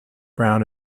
brown